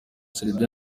serbia